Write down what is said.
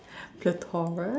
plethora